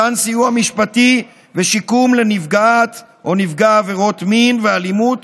מתן סיוע משפטי ושיקום לנפגעת או לנפגע עבירות מין ואלימות,